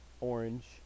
Orange